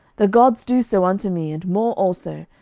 the gods do so unto me, and more also,